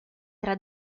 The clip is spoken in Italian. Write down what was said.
tra